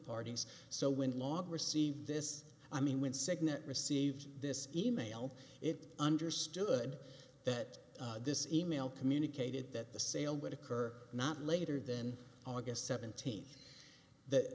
parties so when lot received this i mean when signet received this e mail it understood that this e mail communicated that the sale would occur not later than august seventeenth that